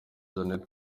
jeannette